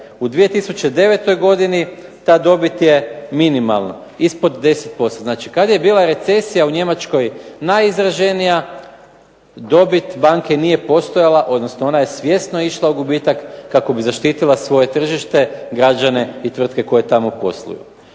u 2009. godini ta dobit je minimalna, ispod 10%. Znači kad je bila recesija u Njemačkoj najizraženija, dobit banke nije postojala, odnosno ona je svjesno išla u gubitak kako bi zaštitila svoje tržište, građane i tvrtke koje tamo posluju.